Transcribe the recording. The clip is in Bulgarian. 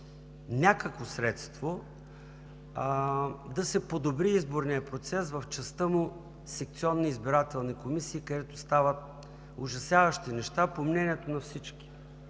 някакво средство да се подобри изборният процес в частта му „секционни избирателни комисии“, където стават ужасяващи неща, по мнението на всички.